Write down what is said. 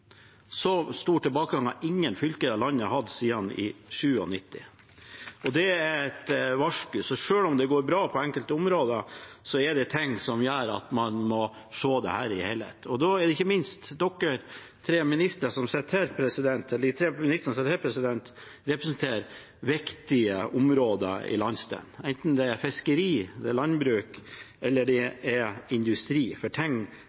Så stor tilbakegang har ingen fylker i landet hatt siden 1997. Det er et varsko. Selv om det går bra på enkelte områder, er det ting som gjør at man må se dette i helhet. De tre ministrene som sitter her, representerer viktige områder i landsdelen, enten det er fiskeri, landbruk eller industri, for ting henger sammen. Jeg vil starte med fiskeri. Det er for